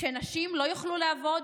שנשים לא יוכלו לעבוד?